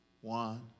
One